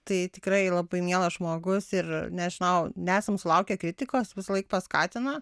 tai tikrai labai mielas žmogus ir nežinau nesam sulaukę kritikos visąlaik paskatina